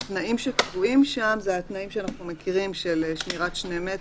התנאים שקבועים בתקנה זה שמירת שני מטר,